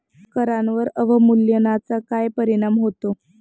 करांवर अवमूल्यनाचा काय परिणाम होतो?